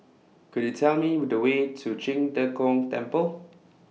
Could YOU Tell Me The Way to Qing De Gong Temple